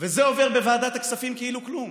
וזה עובר בוועדת הכספים כאילו כלום.